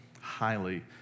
highly